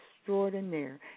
extraordinaire